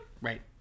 right